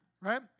right